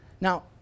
Now